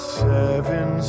seven